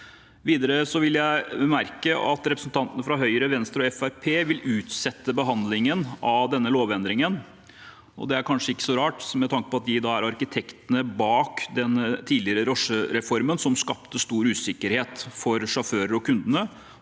jeg meg at representantene fra Høyre, Venstre og Fremskrittspartiet vil utsette behandlingen av denne lovendringen. Det er kanskje ikke så rart med tanke på at de er arkitektene bak den tidligere drosjereformen, som skapte stor usikkerhet for sjåførene og kundene,